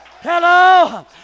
Hello